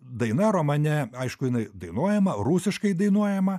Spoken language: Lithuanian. daina romane aišku jinai dainuojama rusiškai dainuojama